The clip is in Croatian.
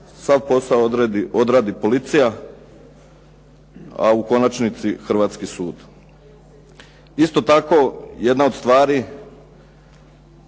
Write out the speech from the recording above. sav posao odradi policija a u konačnici hrvatski sud. Isto tako, jedna od stvari